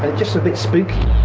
but just a bit spooky.